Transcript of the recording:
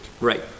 Right